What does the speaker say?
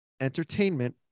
entertainment